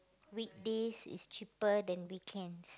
weekdays is cheaper than weekends